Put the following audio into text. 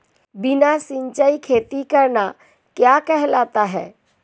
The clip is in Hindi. बिना सिंचाई खेती करना क्या कहलाता है?